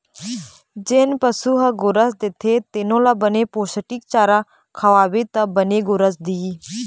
जेन पशु ह गोरस देथे तेनो ल बने पोस्टिक चारा खवाबे त बने गोरस दिही